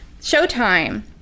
showtime